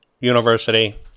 University